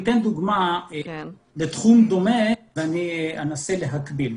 אני אתן דוגמה לתחום דומה ואני אנסה להקביל.